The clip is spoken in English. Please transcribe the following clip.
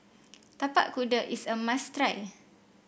Tapak Kuda is a must try